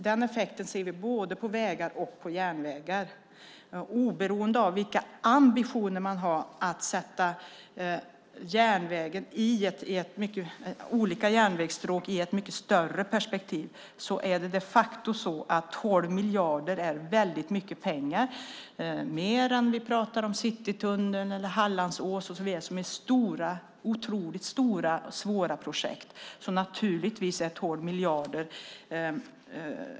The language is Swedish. Den effekten ser vi på både järnvägar och vägar. Oberoende av de ambitioner man har att sätta olika järnvägsstråk i ett större perspektiv är det ett faktum att 12 miljarder är väldigt mycket pengar. Det är mer än kostnaderna för Citytunneln eller tunneln genom Hallandsåsen, som är otroligt stora och svåra projekt.